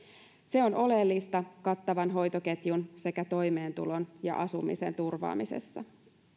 se on oleellista kattavan hoitoketjun sekä toimeentulon ja asumisen turvaamisessa